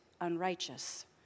unrighteous